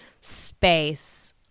space